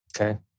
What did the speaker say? Okay